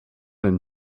and